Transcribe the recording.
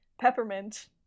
Peppermint